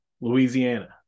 Louisiana